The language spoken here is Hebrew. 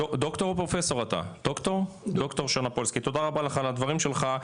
תודה על הדברים שלך.